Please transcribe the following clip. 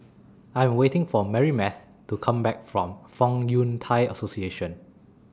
I Am waiting For Marybeth to Come Back from Fong Yun Thai Association